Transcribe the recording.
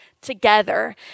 together